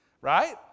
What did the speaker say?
Right